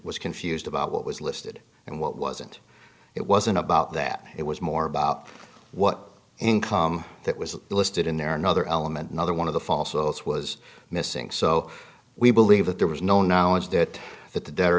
was confused about what was listed and what wasn't it wasn't about that it was more about what income that was listed in there another element another one of the false oath was missing so we believe that there was no knowledge that that the